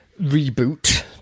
reboot